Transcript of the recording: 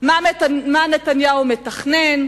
מה נתניהו מתכנן,